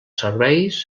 serveis